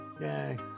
Yay